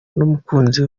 n’umukunzi